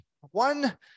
one